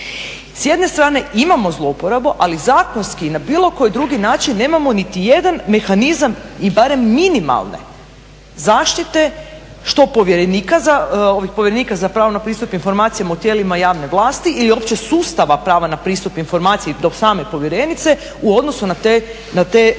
S jedne strane imamo zlouporabu ali zakonski i na bilo koji drugi način nemamo nitijedan mehanizam i barem minimalne zaštite što povjerenika za pravo na pristup informacijama u tijelima javne vlasti ili uopće sustava prava na pristup informaciji do same povjerenice u odnosu na te zlouporabe.